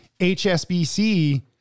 HSBC